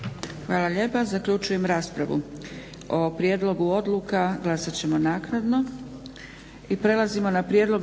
Hvala lijepa. Zaključujem raspravu. O prijedlogu odluka glasat ćemo naknadu